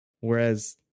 Whereas